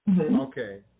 Okay